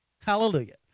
Hallelujah